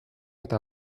eta